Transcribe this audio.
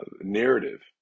narrative